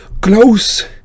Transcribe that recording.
close